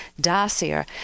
dossier